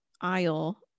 aisle